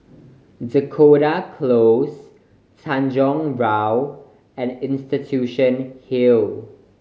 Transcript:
Dakota Close Tanjong Rhu and Institution Hill